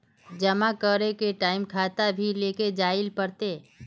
जमा करे के टाइम खाता भी लेके जाइल पड़ते?